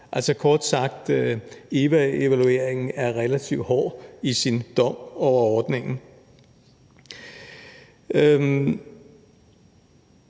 Altså kort sagt: EVA-evalueringen er relativt hård i sin dom over ordningen.